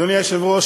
אדוני היושב-ראש,